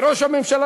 וראש הממשלה,